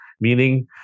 meaning